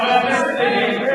חבר הכנסת לוין,